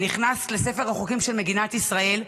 שנכנס לספר החוקים של מדינת ישראל,